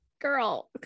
girl